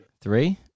Three